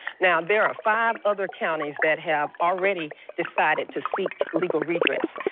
now, there are five other counties that have already decided to seek legal redress.